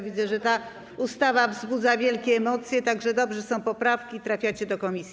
Widzę, że ta ustawa wzbudza wielkie emocje, tak że dobrze, że są poprawki, trafiacie do komisji.